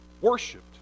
worshipped